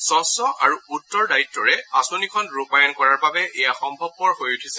স্বচ্ছ আৰু উত্তৰ দায়িত্বৰে আঁচনিখন ৰূপায়ণ কৰাৰ বাবেই এয়া সমম্ভৱ হৈ উঠিছে